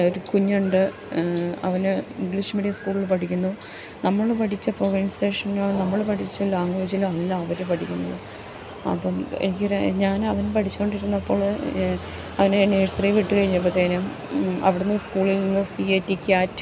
ഒരു കുഞ്ഞുണ്ട് അവൻ ഇംഗ്ലീഷ് മീഡിയം സ്കൂളിൽ പഠിക്കുന്നു നമ്മൾ പഠിച്ച പ്രൊവേൻസേഷനോ നമ്മൾ പഠിച്ച ലാംഗ്വേജിലോ അല്ല അവർ പഠിക്കുന്നത് അപ്പം എനിക്ക് ഞാൻ അവന് പഠിച്ചുകൊണ്ടിരുന്നപ്പോൾ അവനെ ഞാൻ നേഴ്സറി വിട്ട് കഴിഞ്ഞപ്പത്തേനും അവിടുന്ന് സ്കൂളിൽനിന്ന് സി എ ടി ക്യാറ്റ്